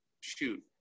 shoot